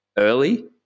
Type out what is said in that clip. early